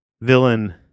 villain